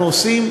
אנחנו עושים,